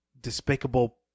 despicable